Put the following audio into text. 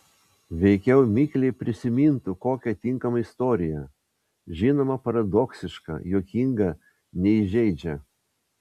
veikiau mikliai prisimintų kokią tinkamą istoriją žinoma paradoksišką juokingą neįžeidžią